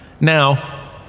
Now